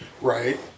Right